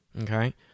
Okay